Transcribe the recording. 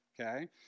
okay